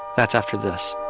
that's after this